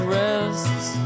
rests